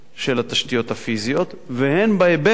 של התשתיות הפיזיות והן בהיבט